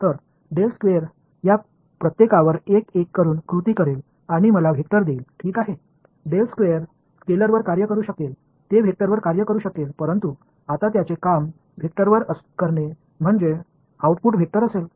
तर या प्रत्येकावर एक एक करून कृती करेल आणि मला वेक्टर देईल ठीक आहे स्केलरवर कार्य करू शकेल ते वेक्टरवर कार्य करू शकेल परंतु आत्ता त्याचे काम वेक्टरवर करणे म्हणजे आउटपुट वेक्टर असेल